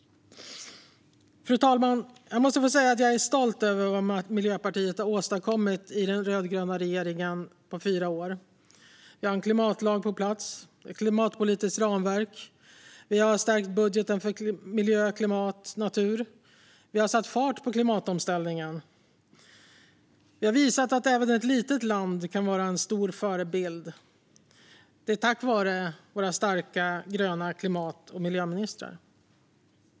Fru talman! Jag är stolt över det Miljöpartiet har åstadkommit under fyra år i den rödgröna regeringen. Vi har en klimatlag på plats, vi har ett klimatpolitiskt ramverk och vi har stärkt budgeten för miljö, klimat och natur. Vi har satt fart på klimatomställningen och visat att även ett litet land kan vara en stor förebild. Det är tack vare våra starka gröna klimat och miljöministrar.